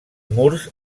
murs